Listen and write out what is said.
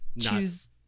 choose